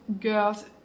girls